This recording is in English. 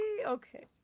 Okay